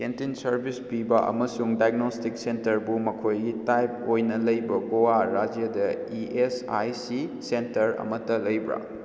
canteen service ꯄꯤꯕꯥ ꯑꯃꯁꯨꯡ diagnostic ꯁꯦꯟꯇꯔꯕꯨ ꯃꯈꯣꯏꯒꯤ ꯇꯥꯏꯞ ꯑꯣꯏꯅ ꯂꯩꯕ ꯒꯣꯋꯥ ꯔꯥꯖ꯭ꯌꯥꯗ E S I C centre ꯑꯃꯇ ꯂꯩꯕ꯭ꯔꯥ